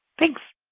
thanks